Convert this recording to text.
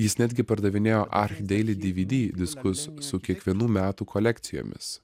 jis netgi pardavinėjo archdeily dvd diskus su kiekvienų metų kolekcijomis